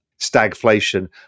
stagflation